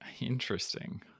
Interesting